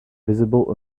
visible